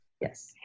Yes